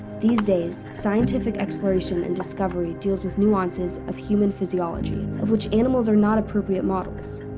these days, scientific exploration and discovery deals with nuances of human physiology, of which animals are not appropriate models.